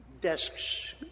desks